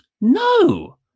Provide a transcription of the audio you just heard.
no